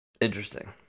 Interesting